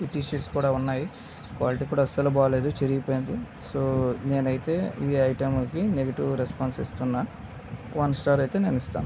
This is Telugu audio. టీ షర్ట్స్ కూడా ఉన్నాయి క్వాలిటీ కూడా అసలు బాగాలేదు చిరిగి పోయింది సో నేనైతే ఇవి ఐటమ్లకి నెగిటివ్ రెస్పాన్స్ ఇస్తున్నాను వన్ స్టార్ అయితే నేను ఇస్తాను